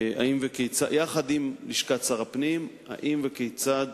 עם לשכת שר הפנים, האם וכיצד